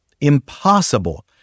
impossible